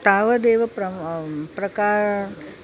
तावदेव प्र प्रकारः